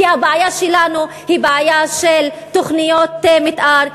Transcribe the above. כי הבעיה שלנו היא בעיה של תוכניות מתאר,